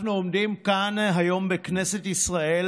אנחנו עומדים כאן היום בכנסת ישראל,